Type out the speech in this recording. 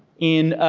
in,